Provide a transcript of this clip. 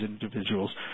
individuals